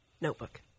Notebook